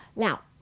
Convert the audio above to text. now,